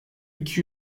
iki